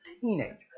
teenager